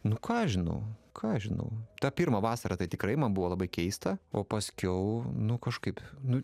nu ką aš žinau ką aš žinau tą pirmą vasarą tai tikrai man buvo labai keista o paskiau nu kažkaip nu